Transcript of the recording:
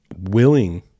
willing